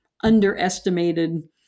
underestimated